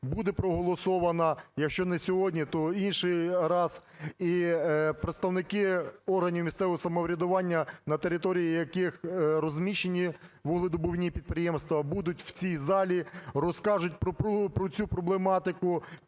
буде проголосована, якщо не сьогодні, то інший раз. І представники органів місцевого самоврядування, на території яких розміщені вугледобувні підприємства, будуть в цій залі, розкажуть про цю проблематику,